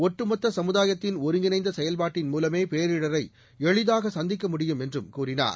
ஒட்டுமொத்த சமுதாயத்தின் ஒருங்கிணைந்த செயல்பாட்டின் மூலமே பேரிடரை எளிதாக சந்திக்க முடியும் என்றும் கூறினார்